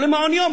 או למעון-יום,